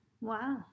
Wow